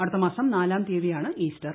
അടുത്ത മാസം നാലാം തീയതിയാണ് ഈസ്റ്റർ